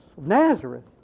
Nazareth